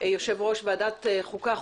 יושב-ראש ועדת החוקה,